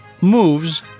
moves